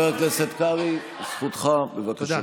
חבר הכנסת קרעי, זכותך, בבקשה.